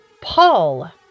Paul